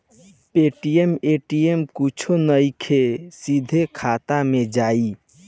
Paytm ATM कुछो नइखे, सीधे खाता मे जाई